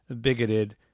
bigoted